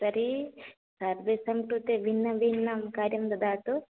तर्हि सर्वेषां कृते भिन्नं भिन्नं कार्यं ददातु